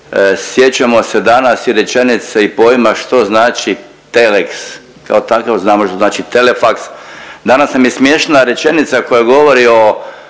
Sjećamo se danas i rečenice i pojma što znači teleks, kao takav znamo što znači telefaks. Danas nam je smiješna rečenica koja govori o